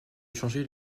changer